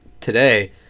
today